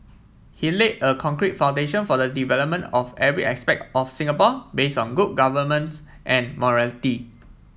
he laid a concrete foundation for the development of every aspect of Singapore base on good governance and morality